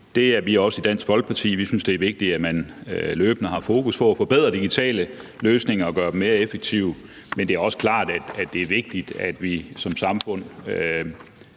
det er vi også i Dansk Folkeparti. Vi synes, det er vigtigt, at man løbende har fokus på at forbedre de digitale løsninger og gøre dem mere effektive, men det er også klart, at det er vigtigt, at vi som samfund